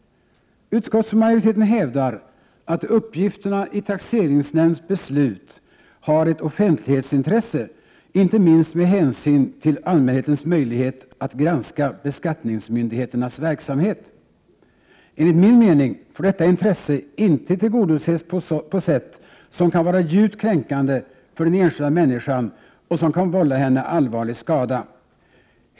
Utskottsmajoriteten hävdar att uppgifterna i taxeringsnämnds beslut har ett offentlighetsintresse, inte minst med hänsyn till allmänhetens möjlighet att granska beskattningsmyndigheternas verksamhet. Enligt min mening får detta intresse inte tillgodoses på sätt som kan vara djupt kränkande för den enskilda människan och som kan vålla henne allvarlig skada.